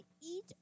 eat